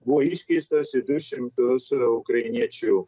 buvo iškeistas į du šimtus ukrainiečių